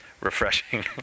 refreshing